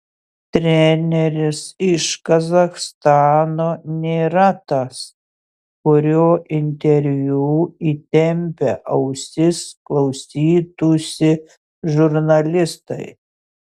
treneris iš kazachstano nėra tas kurio interviu įtempę ausis klausytųsi žurnalistai